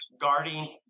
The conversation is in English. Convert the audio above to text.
guarding